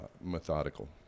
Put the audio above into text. methodical